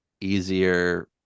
easier